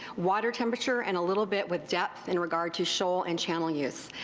water temperature, and a little bit with depth in regard to shoal and channel use.